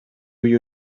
you